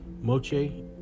Moche